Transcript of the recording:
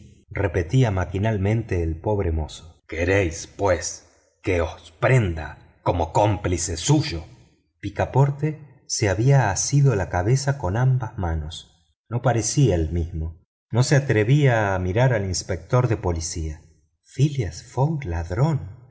repetía maquinalmente el pobre mozo queréis pues que os prenda como cómplice suyo picaporte se había asido la cabeza con ambas manos no parecía el mismo no se atrevía a mirar al inspector de policía phileas fogg ladrón